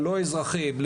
הלא אזרחים,